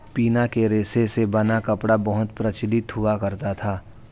पिना के रेशे से बना कपड़ा बहुत प्रचलित हुआ करता था